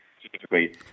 specifically